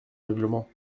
règlement